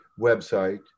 website